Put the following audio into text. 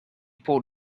pulled